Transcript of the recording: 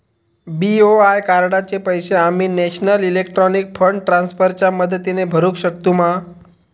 BOI कार्डाचे पैसे आम्ही नेशनल इलेक्ट्रॉनिक फंड ट्रान्स्फर च्या मदतीने भरुक शकतू मा?